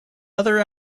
other